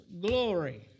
glory